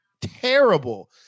Terrible